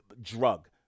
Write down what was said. drug